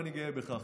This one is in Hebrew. ואני גאה בכך.